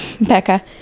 Becca